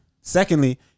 Secondly